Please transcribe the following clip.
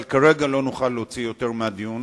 אבל כרגע לא נוכל להוציא יותר מהדיון,